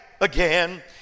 Again